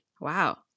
wow